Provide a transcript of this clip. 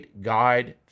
guide